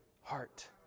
heart